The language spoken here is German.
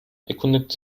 erkundigt